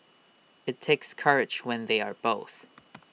IT takes courage when they are both